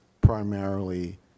primarily